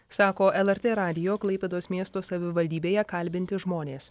sako lrt radijo klaipėdos miesto savivaldybėje kalbinti žmonės